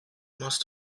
must